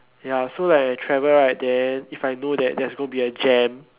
ya so like I travel right then if I know that there's gonna be a jam